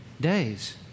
days